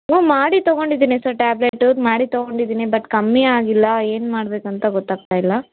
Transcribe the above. ಹ್ಞೂ ಮಾಡಿ ತೊಗೊಂಡಿದ್ದೀನಿ ಸರ್ ಟ್ಯಾಬ್ಲೆಟು ಮಾಡಿ ತೊಗೊಂಡಿದ್ದೀನಿ ಬಟ್ ಕಮ್ಮಿ ಆಗಿಲ್ಲ ಏನು ಮಾಡಬೇಕಂತ ಗೊತ್ತಾಗ್ತಾ ಇಲ್ಲ